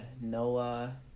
Noah